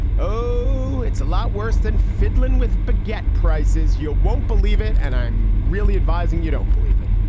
oh, it's a lot worse than fiddling with baguette prices. you ah won't believe it. and i'm really advising you don't believe it.